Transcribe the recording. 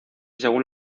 según